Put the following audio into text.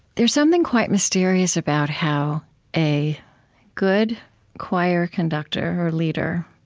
there's something quite mysterious about how a good choir conductor or leader